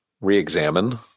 re-examine